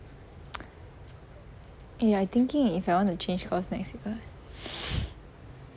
eh I thinking if I want to change course next year eh